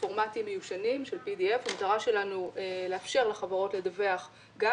בפורמטים מיושנים של PDF. המטרה שלנו לאפשר לחברות לדווח גם